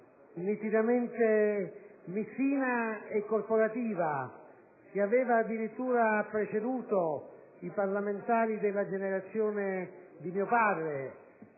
nitidamente missina e corporativa che aveva addirittura preceduto i parlamentari della generazione di mio padre,